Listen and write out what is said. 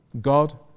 God